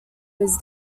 his